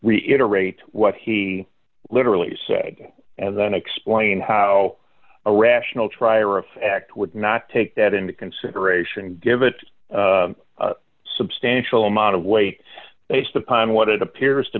reiterate what he literally said and then explain how a rational trier of fact would not take that into consideration and give it a substantial amount of weight based upon what it appears to